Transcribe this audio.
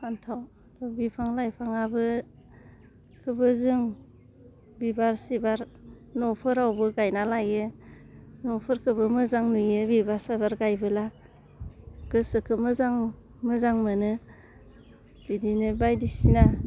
फान्थाव बिफां लाइफाङाबो बेखौबो जों बिबार सिबार न'फोरावबो गायना लायो न'फोरखौबो मोजां नुयो बिबार सिबार गायबोला गोसोखो मोजां मोजां मोनो बिदिनो बायदिसिना